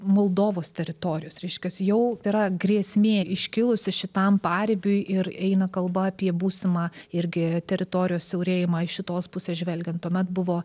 moldovos teritorijos reiškias jau yra grėsmė iškilusi šitam paribiui ir eina kalba apie būsimą irgi teritorijos siaurėjimą iš šitos pusės žvelgiant tuomet buvo